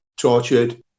tortured